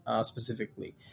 specifically